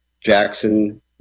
Jackson